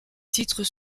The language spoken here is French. titres